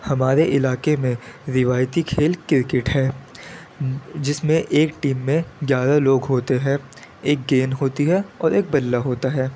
ہمارے علاقے میں روایتی کھیل کرکٹ ہے جس میں ایک ٹیم میں گیارہ لوگ ہوتے ہیں ایک گیند ہوتی ہے اور ایک بلہ ہوتا ہے